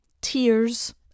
tears